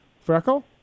Freckle